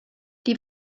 die